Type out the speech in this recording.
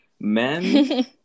Men